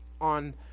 on